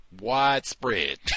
Widespread